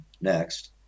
next